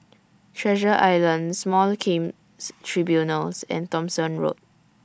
Treasure Island Small Claims Tribunals and Thomson Road